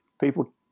people